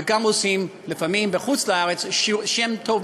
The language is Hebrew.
וגם עושים לפעמים בחוץ-לארץ שם טוב,